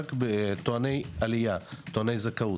בנתב"ג בטועני עלייה, טועני זכאות.